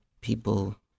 people